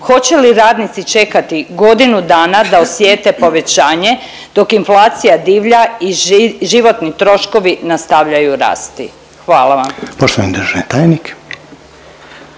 Hoće li radnici čekati godinu dana da osjete povećanje dok inflacija divlja i životni troškovi nastavljaju rasti? Hvala vam.